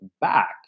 back